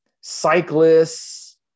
cyclists